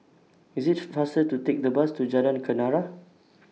IT IS faster to Take The Bus to Jalan Kenarah